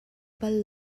bal